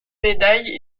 médailles